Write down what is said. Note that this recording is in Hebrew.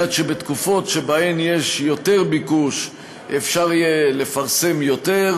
שבתקופות שבהן יש יותר ביקוש אפשר יהיה לפרסם יותר,